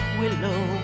willow